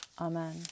Amen